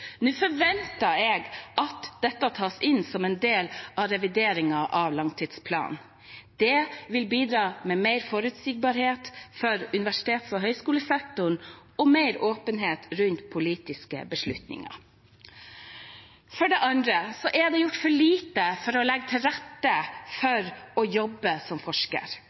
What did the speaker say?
Nå forventer jeg at dette tas inn som en del av revideringen av langtidsplanen. Det vil bidra til mer forutsigbarhet for universitets- og høyskolesektoren og mer åpenhet rundt politiske beslutninger. For det andre er det gjort for lite for å legge til rette for å jobbe som forsker,